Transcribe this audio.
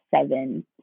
seven